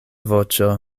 voĉo